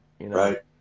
Right